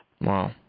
Wow